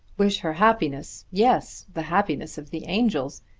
wish her happiness! yes the happiness of the angels.